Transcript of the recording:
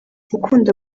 gukunda